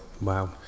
wow